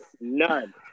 none